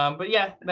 um but yeah,